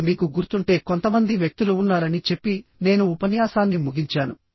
ఇప్పుడు మీకు గుర్తుంటే కొంతమంది వ్యక్తులు ఉన్నారని చెప్పి నేను ఉపన్యాసాన్ని ముగించాను